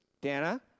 Dana